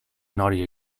naughty